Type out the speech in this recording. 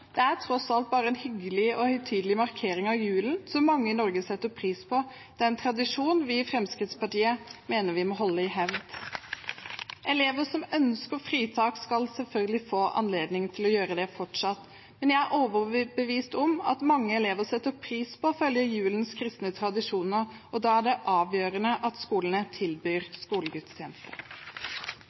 Det er tross alt bare en hyggelig og høytidelig markering av julen som mange i Norge setter pris på. Det er en tradisjon vi i Fremskrittspartiet mener vi må holde i hevd. Elever som ønsker fritak, skal selvfølgelig få anledning til det fortsatt, men jeg er overbevist om at mange elever setter pris på å følge julens kristne tradisjoner, og da er det avgjørende at skolene tilbyr skolegudstjeneste.